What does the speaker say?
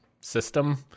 system